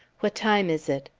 what time is it?